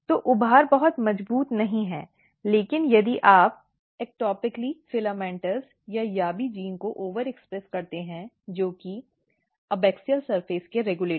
तो उभार बहुत मजबूत नहीं हैं लेकिन यदि आप एक्टोपिक रूप FILAMENTOUS या YABBY जीन को ओवरएक्सप्रेस करते हैं जो कि एबैक्सियल सतह के रेगुलेटर हैं